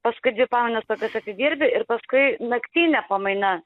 paskui dvi pamainas per tas atidirbi ir paskui naktinė pamaina